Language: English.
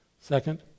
Second